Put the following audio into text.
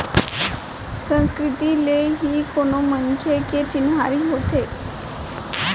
संस्कृति ले ही कोनो मनखे के चिन्हारी होथे